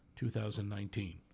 2019